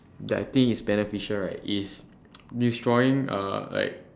that I think is beneficial right is destroying uh like